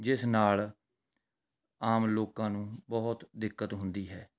ਜਿਸ ਨਾਲ ਆਮ ਲੋਕਾਂ ਨੂੰ ਬਹੁਤ ਦਿੱਕਤ ਹੁੰਦੀ ਹੈ